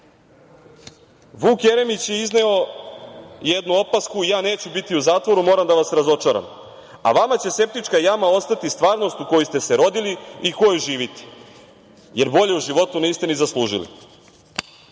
Vuk Jeremić je izneo jednu opasku – ja neću biti u zatvoru, moram da vas razočaram, a vama će septička jama ostati stvarnost u koju ste se rodili i koju živite, jer bolje u životu niste ni zaslužili. Nakon